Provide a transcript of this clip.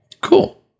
Cool